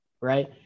right